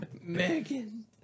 Megan